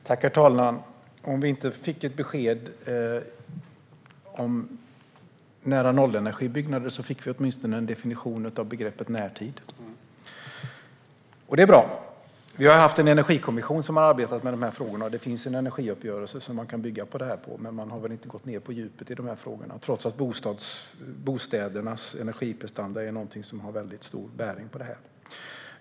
Herr talman! Om vi inte fick ett besked om nära-nollenergibyggnader fick vi åtminstone en definition av begreppet "i närtid". Det är bra. Vi har haft en energikommission som har arbetat med dessa frågor, och det finns en energiuppgörelse man kan bygga detta på. Men man har väl inte gått ned på djupet i frågorna, trots att bostädernas energiprestanda är något som har mycket stor bäring på detta.